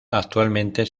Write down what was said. actualmente